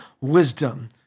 wisdom